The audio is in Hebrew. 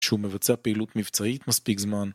שהוא מבצע פעילות מבצעית מספיק זמן.